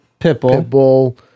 Pitbull